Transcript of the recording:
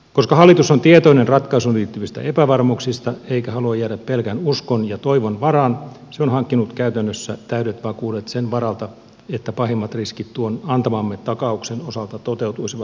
koska hallitus on tietoinen ratkaisuun liittyvistä epävarmuuksista eikä halua jäädä pelkän uskon ja toivon varaan se on hankkinut käytännössä täydet vakuudet sen varalta että pahimmat riskit tuon antamamme takauksen osalta toteutuisivat